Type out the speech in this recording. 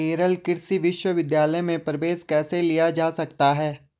केरल कृषि विश्वविद्यालय में प्रवेश कैसे लिया जा सकता है?